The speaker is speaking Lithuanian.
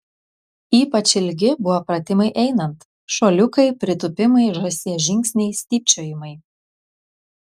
ypač ilgi buvo pratimai einant šuoliukai pritūpimai žąsies žingsniai stypčiojimai